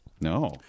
No